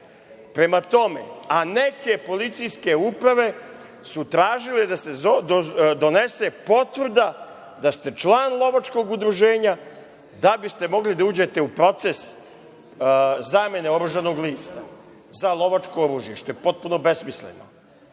lovac. Prema tome, neke policijske uprave su tražile da se donese potvrda da ste član lovačkog udruženja da biste mogli da uđete u proces zamene oružanog lista za lovačko oružje, što je potpuno besmisleno.